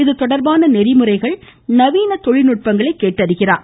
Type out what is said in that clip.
இது தொடர்பான நெறிமுறைகள் நவீன தொழில் நுட்பங்களைகேட்டறிகிறார்